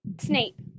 Snape